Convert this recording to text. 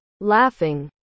Laughing